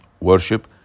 worship